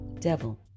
Devil